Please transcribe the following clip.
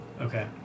Okay